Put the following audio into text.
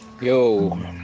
Yo